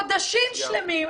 חודשים שלמים אנחנו מדברים.